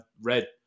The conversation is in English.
read